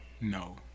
No